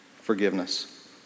forgiveness